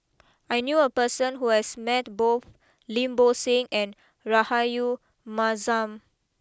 I knew a person who has met both Lim Bo Seng and Rahayu Mahzam